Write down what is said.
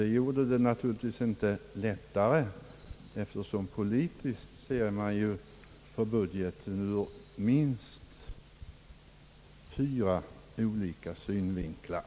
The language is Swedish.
Detta gjorde det naturligtvis inte lättare, eftersom man politiskt ser på budgeten ur minst fyra olika synvinklar.